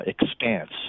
expanse